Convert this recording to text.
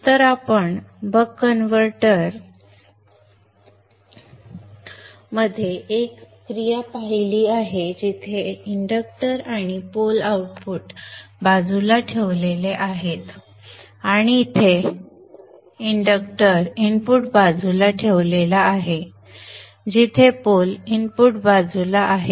तर आपण buck converter मध्ये एक क्रिया पाहिली आहे जिथे इंडक्टर आणि पोल आउटपुट बाजूला ठेवलेले आहेत आणि इथे इंडक्टर इनपुट बाजूला ठेवलेला आहे जिथे पोल इनपुट बाजूला आहे